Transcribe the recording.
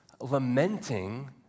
lamenting